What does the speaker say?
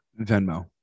Venmo